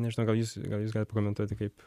nežinau gal jūs gal jūs galit pakomentuoti kaip